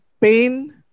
pain